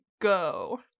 go